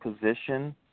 position